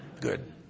good